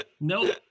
nope